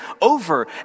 over